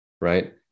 right